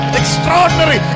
extraordinary